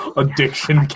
addiction